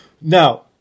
Now